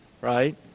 right